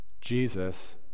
Jesus